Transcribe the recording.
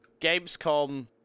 Gamescom